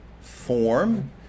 form